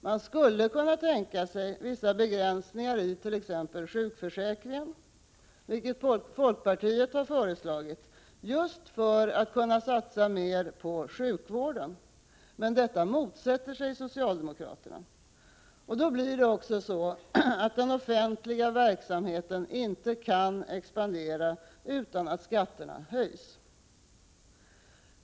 Man skulle kunna tänka sig vissa begränsningar i t.ex. sjukförsäkringen, vilket folkpartiet har föreslagit, just för att kunna satsa mer på sjukvården, men detta motsätter sig socialdemokraterna. Då blir det också så, att den offentliga verksamheten inte kan expandera utan att skatterna höjs.